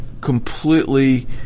completely